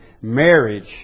Marriage